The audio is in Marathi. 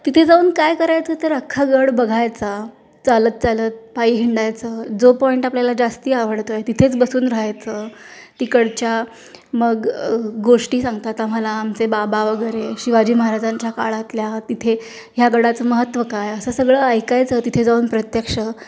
तिथे जाऊन काय करायचं तर अख्खा गड बघायचा चालत चालत पायी हिंडायचं जो पॉईंट आपल्याला जास्त आवडतोय तिथेच बसून राहायचं तिकडच्या मग गोष्टी सांगतात आम्हाला आमचे बाबा वगैरे शिवाजी महाराजांच्या काळातल्या तिथे ह्या गडाचं महत्त्व काय असं सगळं ऐकायचं तिथे जाऊन प्रत्यक्ष